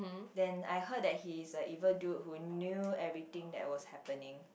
then I heard the he is a evil dude who knew everything that was happening